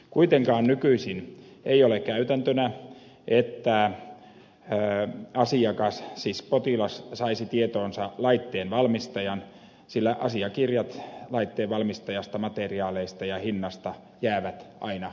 kuitenkaan nykyisin ei ole käytäntönä että asiakas siis potilas saisi tietoonsa laitteen valmistajan sillä asiakirjat laitteen valmistajasta materiaaleista ja hinnasta jäävät aina hammaslääkärille